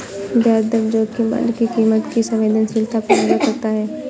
ब्याज दर जोखिम बांड की कीमत की संवेदनशीलता पर निर्भर करता है